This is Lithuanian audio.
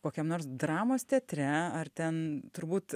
kokiam nors dramos teatre ar ten turbūt